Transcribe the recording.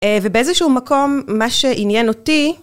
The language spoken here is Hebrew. ובאיזשהו מקום מה שעניין אותי